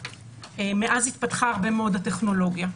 מאז התפתחה הרבה מאוד הטכנולוגיה.